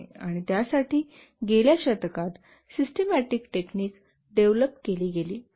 आणि त्यासाठी गेल्या शतकात सिस्टिमॅटिक टेक्निक डेव्हलप केली गेली आहेत